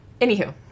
Anywho